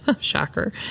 Shocker